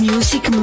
Music